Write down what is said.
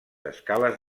escales